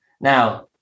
Now